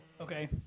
Okay